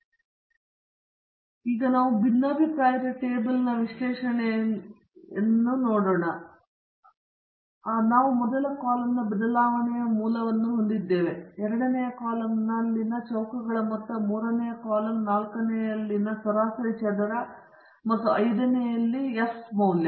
ಹಾಗಾಗಿ ಈಗ ನಾವು ಭಿನ್ನಾಭಿಪ್ರಾಯದ ಟೇಬಲ್ನ ವಿಶ್ಲೇಷಣೆಯಿಂದ ಬಹಳ ಪರಿಚಿತರಾಗಿರುತ್ತೇವೆ ಅಲ್ಲಿ ನಾವು ಮೊದಲ ಕಾಲಮ್ನ ಬದಲಾವಣೆಯ ಮೂಲವನ್ನು ಹೊಂದಿದ್ದೇವೆ ಎರಡನೆಯ ಕಾಲಮ್ನಲ್ಲಿನ ಚೌಕಗಳ ಮೊತ್ತ ಮೂರನೆಯ ಕಾಲಮ್ ನಾಲ್ಕನೇಯಲ್ಲಿ ಸರಾಸರಿ ಚದರ ಮತ್ತು ಐದನೇಯಲ್ಲಿ ಎಫ್ ಮೌಲ್ಯ